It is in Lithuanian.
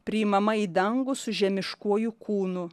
priimama į dangų su žemiškuoju kūnu